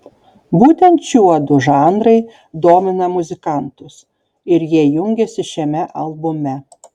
būtent šiuodu žanrai domina muzikantus ir jie jungiasi šiame albume